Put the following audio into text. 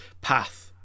path